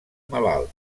malalt